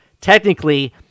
technically